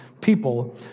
people